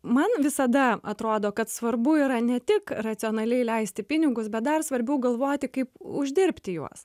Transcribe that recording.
man visada atrodo kad svarbu yra ne tik racionaliai leisti pinigus bet dar svarbiau galvoti kaip uždirbti juos